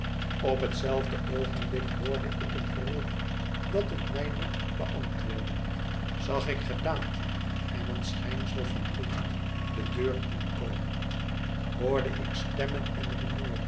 op hetzelfde oogenblik hoorde ik een geroep dat het mijne beantwoordde zag ik gedaanten en een schijnsel van licht de deur inkomen hoorde ik stemmen en rumoer